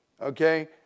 Okay